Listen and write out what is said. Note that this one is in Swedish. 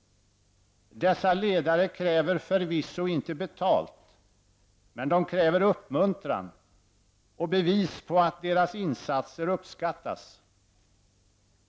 Dessa ledare kräver förvisso inte betalt, men de kräver uppmuntran och bevis på att deras insatser uppskattas.